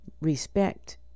respect